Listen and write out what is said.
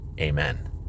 Amen